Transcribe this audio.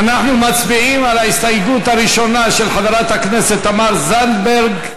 אנחנו מצביעים על ההסתייגות הראשונה של חברת הכנסת תמר זנדברג,